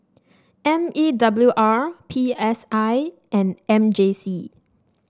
M E W R P S I and M J C